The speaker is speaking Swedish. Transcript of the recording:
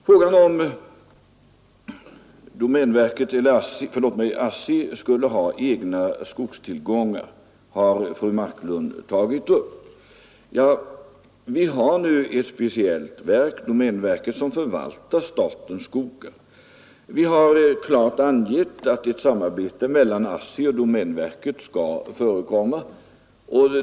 Fru Marklund har tagit upp frågan huruvida ASSI skall ha egna skogstillgångar. Vi har nu ett speciellt verk, domänverket, som förvaltar statens skogar. Vi har klart angett att ett samarbete mellan ASSI och domänverket skall förekomma.